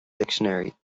dictionary